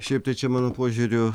šiaip tai čia mano požiūriu